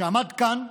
שעמד כאן,